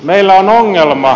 meillä on ongelma